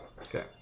Okay